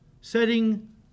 setting